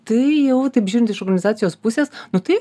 tai jau taip žiūrint iš organizacijos pusės nu tai